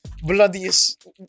bloodiest